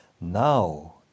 Now